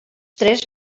tres